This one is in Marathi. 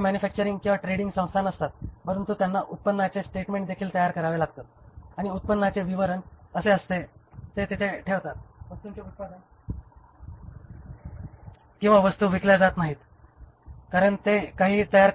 ते मॅन्युफॅक्चरिंग किंवा ट्रेडिंग संस्था नसतात परंतु त्यांना उत्पन्नाचे स्टेटमेंट देखील तयार करावे लागतात आणि उत्पन्नाचे विवरण कसे असते ते येथे ठेवतात वस्तूंचे उत्पादन किंवा वस्तू विकल्या जात नाहीत कारण ते काहीही तयार